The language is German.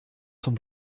zum